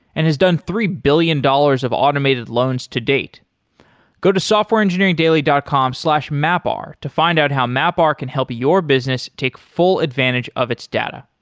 and has three billion dollars of automated loans to date go to softwareengineeringdaily dot com slash mapr to find out how mapr can help your business take full advantage of its data.